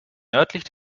nördlich